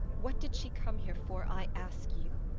what did she come here for, i ask you?